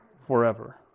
forever